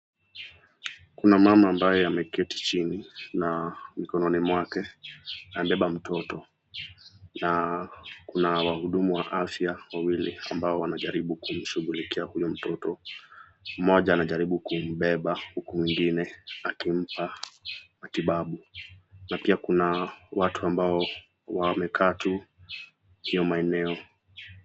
Kuna mama ambae ameketi chini na